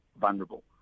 vulnerable